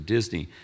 Disney